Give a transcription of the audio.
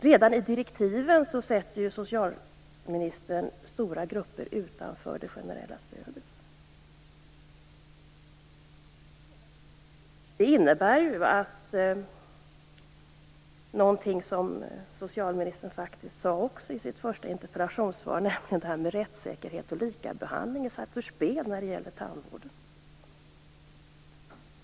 Redan i direktiven sätter socialministern stora grupper utanför det generella stödet. Det innebär - något som socialministern sade i sitt första interpellationssvar - att rättssäkerhet och likabehandling sätts ur spel i tandvården.